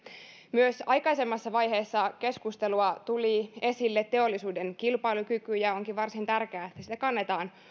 myös aikaisemmassa vaiheessa keskustelua tuli esille teollisuuden kilpailukyky ja onkin varsin tärkeää että siitä kannetaan